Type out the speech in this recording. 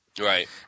right